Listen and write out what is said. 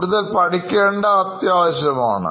കൂടുതൽ പഠിക്കേണ്ടത് ആവശ്യമാണ്